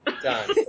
Done